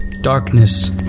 Darkness